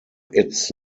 its